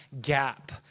gap